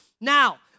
now